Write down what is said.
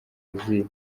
izihe